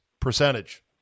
percentage